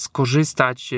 Skorzystać